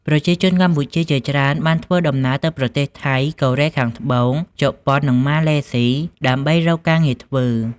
ប្រជាជនកម្ពុជាជាច្រើនបានធ្វើដំណើរទៅប្រទេស ថៃ កូរ៉េខាងត្បូង ជប៉ុន និងម៉ាឡេសុី ដើម្បីរកការងារធ្វើ។